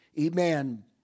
Amen